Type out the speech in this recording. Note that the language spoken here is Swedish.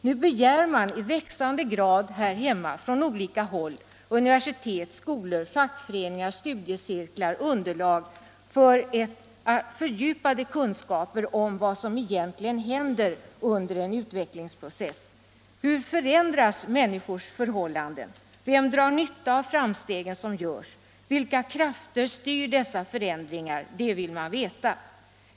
Nu begär man i växande grad här hemma från olika håll — universitet, skolor, fackföreningar, studiecirklar — underlag för fördjupade kunskaper om vad som egentligen händer i en utvecklingsprocess. Hur förändras människors förhållanden? Vem drar nytta av framstegen som görs? Vilka krafter styr dessa förändringar? Det vill man veta.